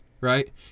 right